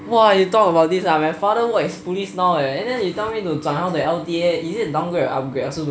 !wah! you talk about this ah my father work as police now eh and then you tell me to 转行 to L_T_A is it downgrade upgrade I also don't know eh uh I don't know eh